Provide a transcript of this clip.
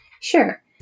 Sure